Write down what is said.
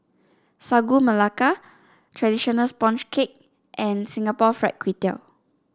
Sagu Melaka traditional sponge cake and Singapore Fried Kway Tiao